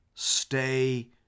Stay